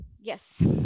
Yes